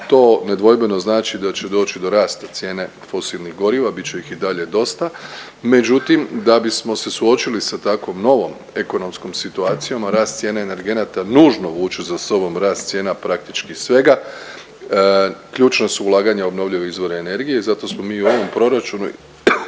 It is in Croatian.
To nedvojbeno znači da će doći do rasta cijene fosilnih goriva, bit će ih i dalje dosta, međutim da bismo se suočili sa takvom novom ekonomskom situacijom, a rast cijene energenata nužno vuče za sobom rast cijena praktički svega, ključna su ulaganja u obnovljive izvore energije i zato smo mi i u ovom proračunu